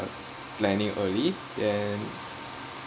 planning early then